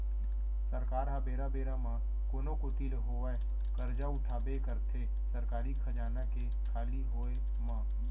सरकार ह बेरा बेरा म कोनो कोती ले होवय करजा उठाबे करथे सरकारी खजाना के खाली होय म